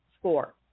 score